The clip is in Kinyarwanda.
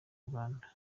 rwanda